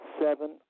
seven